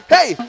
Hey